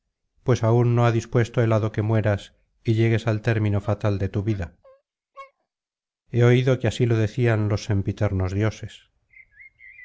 pues aún no ha dispuesto el hado que mueras y llegues al término fatal de tu vida he oído que así lo decían los sempiternos dioses